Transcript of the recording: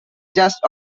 just